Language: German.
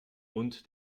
und